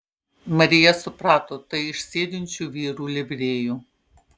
marija suprato tai iš sėdinčių vyrų livrėjų